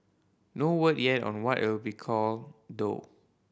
no word yet on what it'll be called though